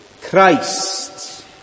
Christ